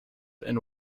and